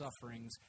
sufferings